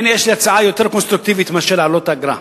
הנה יש לי הצעה יותר קונסטרוקטיבית מאשר להעלות את האגרה.